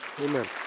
Amen